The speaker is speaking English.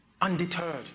undeterred